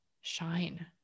shine